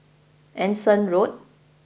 Anderson Road